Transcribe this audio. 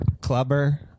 Clubber